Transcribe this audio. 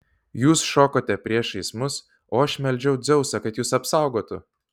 jūs šokote priešais mus o aš meldžiau dzeusą kad jus apsaugotų